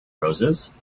roses